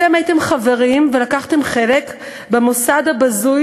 אתם הייתם חברים ולקחתם חלק במוסד הבזוי